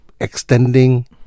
extending